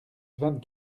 vingt